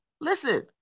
listen